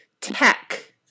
Tech